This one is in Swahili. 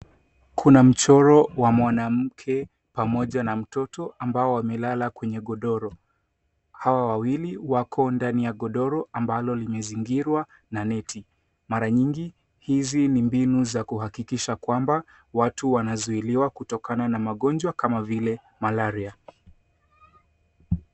Kuna mchoro wa mwanamke pamoja na mtoto ambao wamelala kwenye godoro . Hawa wawili wako ndani ya godoro ambalo limezingirwa na neti. Mara nyingi hizi ni mbinu za kuhakikisha kwamba watu wanazuiliwa kutokana na magonjwa kama vile malaria.